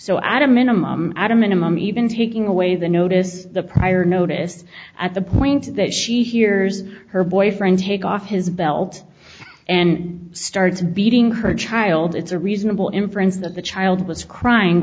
a minimum even taking away the notice the prior notice at the point that she hears her boyfriend take off his belt and starts beating her child it's a reasonable inference that the child was crying